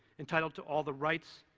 entitled to all the rights,